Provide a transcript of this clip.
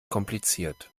kompliziert